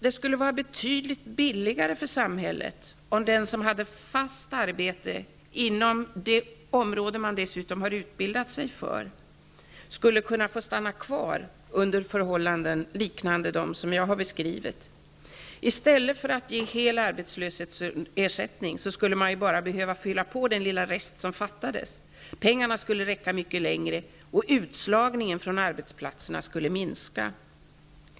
Det skulle vara betydligt billigare för samhället om den som har fast arbete -- och dessutom inom det område som vederbörande har utbildat sig för -- kunde få stanna kvar under förhållanden liknande dem som jag nu har beskrivit. I stället för att ge hel arbetslöshetsersättning skulle man ju bara behöva fylla på med den lilla rest som fattades. Pengarna skulle räcka mycket längre, och utslagningen från arbetsmarknaden skulle minska.